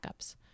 Backups